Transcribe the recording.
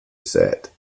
set